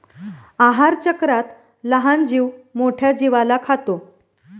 आहारचक्रात लहान जीव मोठ्या जीवाला खातो